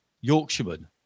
Yorkshireman